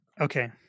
Okay